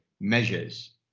measures